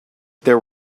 there